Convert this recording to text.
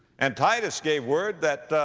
and titus gave word that,